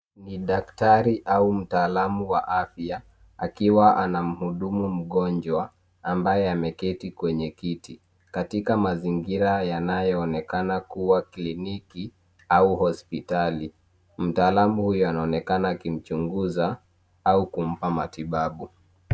Ni daktari au mtaalamu wa afya akiwa anamhudumu mgonjwa ambaye ameketi kwenye kiti katika mazingira yanayoonekana kuwa kliniki au hospitali mtaalamu huyo anaonekana akimchunguza au kumpa matibabu